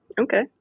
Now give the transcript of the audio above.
Okay